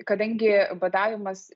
kadangi badavimas